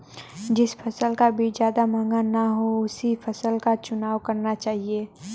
जिस फसल का बीज ज्यादा महंगा ना हो उसी फसल का चुनाव करना चाहिए